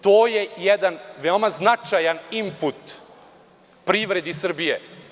To je jedan veoma značajan input privredi Srbije.